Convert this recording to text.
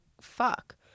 fuck